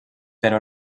però